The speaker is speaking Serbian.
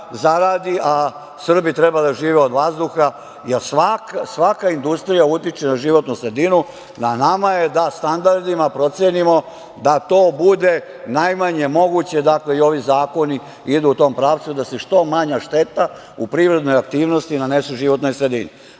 zaradi, a Srbi treba da žive od vazduha. Svaka industrija utiče na životnu sredinu. Na nama je da standardima procenimo da to bude najmanje moguće, dakle i ovi zakoni idu u tom pravcu, da se što manja šteta u prirodnoj aktivnosti nanese životnoj sredini. Da